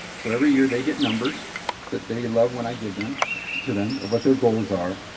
so every year they get numbers that they love when i give them to them what their goals are.